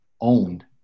owned